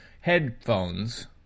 headphones